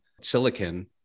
silicon